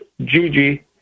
Gigi